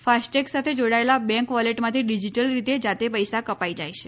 FASTag સાથે જોડાયેલા bank વોલેટમાંથી ડીજીટલ રીતે જાતે પૈસા કપાઇ જાય છે